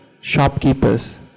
shopkeepers